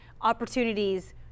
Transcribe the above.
opportunities